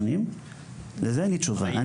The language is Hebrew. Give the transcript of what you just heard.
לזה אין לי תשובה.